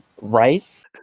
rice